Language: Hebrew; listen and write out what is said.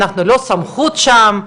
אנחנו לא סמכות שם,